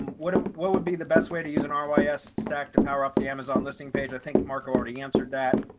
what ah what would be the best way to use an ah roi s stack to power up the amazon listing page, i think mark already answered that.